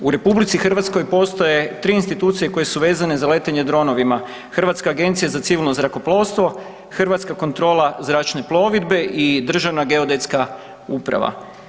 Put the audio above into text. U RH postoje 3 institucije koje su vezane za letenje dronovima, Hrvatska agencija za civilno zrakoplovstvo, Hrvatska kontrola zračne plovidbe i Državna geodetska uprava.